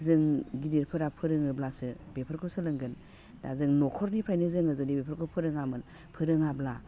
जों गिदिरफोरा फोरोङोब्लासो बेफोरखौ सोलोंगोन दा जों न'खरनिफ्रायनो जोङो जुदि बेफोरखौ फोरोङामोन फोरोङाब्ला